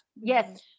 Yes